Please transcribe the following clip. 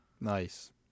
Nice